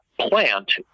plant